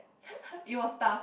it was tough